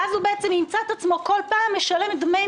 ואז הוא ימצא את עצמו כל פעם משלם דמי